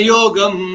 Yogam